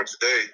today